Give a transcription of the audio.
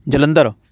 Jalandhar